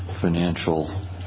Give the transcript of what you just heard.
financial